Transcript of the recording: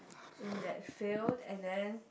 in that field and then